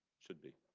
should be.